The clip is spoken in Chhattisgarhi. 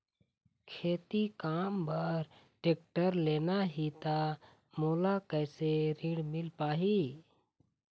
खेती काम बर टेक्टर लेना ही त मोला कैसे ऋण मिल पाही?